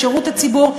בשירות הציבור,